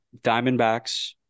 Diamondbacks